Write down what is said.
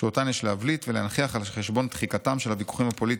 שאותן יש להבליט ולהנכיח על חשבון דחיקתם של הוויכוחים הפוליטיים.